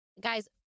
Guys